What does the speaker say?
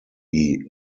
die